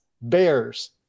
Bears